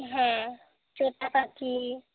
হ্যাঁ তোতা পাখি